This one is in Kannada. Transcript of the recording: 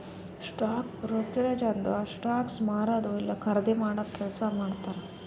ಸ್ಟಾಕ್ ಬ್ರೂಕ್ರೆಜ್ ಅಂದುರ್ ಸ್ಟಾಕ್ಸ್ ಮಾರದು ಇಲ್ಲಾ ಖರ್ದಿ ಮಾಡಾದು ಕೆಲ್ಸಾ ಮಾಡ್ತಾರ್